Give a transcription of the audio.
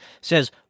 says